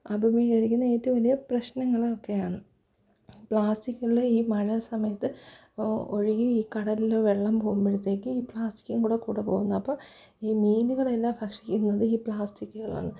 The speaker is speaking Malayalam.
അഭിമുഖീകരിക്കുന്ന ഏറ്റവും വലിയ പ്രശ്നങ്ങളൊക്കെയാണ് പ്ലാസ്റ്റിക്കുകള് ഈ മഴ സമയത്ത് ഒഴുകി കടലില് വെള്ളം പോകുമ്പോഴത്തേക്ക് ഈ പ്ലാസ്റ്റിക്കുംകൂടെ കൂടെ പോകുന്ന അപ്പോള് ഈ മീനുകളെല്ലാം ഭക്ഷിക്കുന്നത് ഈ പ്ലാസ്റ്റിക്കുകളാണ്